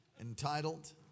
entitled